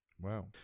Wow